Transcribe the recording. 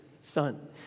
son